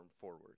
forward